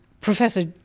Professor